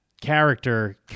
character